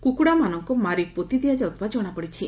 କୁକୁଡ଼ାମାନଙ୍କୁ ମାରି ପୋତି ଦିଆଯାଉଥିବା ଜଣାପଡ଼ିଛି